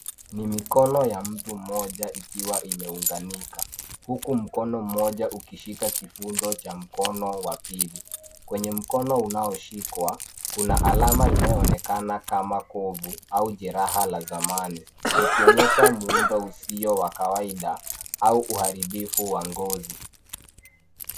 Ni mikono ya mtu mmoja ikiwa imeunganika huku mkono mmoja ukishika kifundo cha mkono wa pili. Kwenye mkono unaoshikwa, kuna alama inayoonekana kama kovu au jeraha la zamani likionyesha muundo usio wa kawaida au uharibifu wa ngozi.